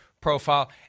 profile